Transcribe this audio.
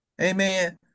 Amen